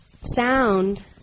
sound